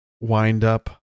wind-up